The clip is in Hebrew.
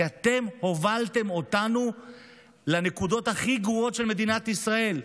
כי אתם הובלתם אותנו לנקודות הכי גרועות של מדינת ישראל,